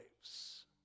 lives